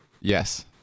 Yes